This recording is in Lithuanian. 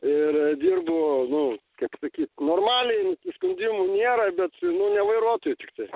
ir dirbu nu kaip sakyt normaliai nusiskundimų nėra bet nu ne vairuotoju tiktai